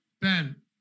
Ben